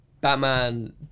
Batman